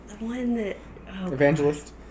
Evangelist